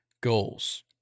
goals